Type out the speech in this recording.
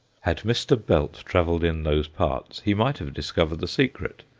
had mr. belt travelled in those parts, he might have discovered the secret,